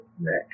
next